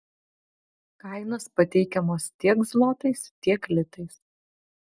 kainos pateikiamos tiek zlotais tiek litais